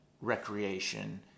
recreation